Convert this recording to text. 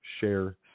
share